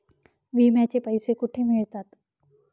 विम्याचे पैसे कुठे मिळतात?